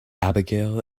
abigail